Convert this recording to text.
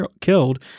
killed